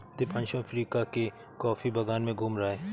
Deepanshu Africa के coffee बागान में घूम रहा है